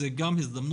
זו גם הזדמנות,